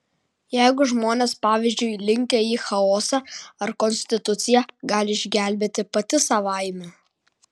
jeigu žmonės pavyzdžiui linkę į chaosą ar konstitucija gali išgelbėti pati savaime